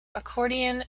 accordion